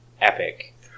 epic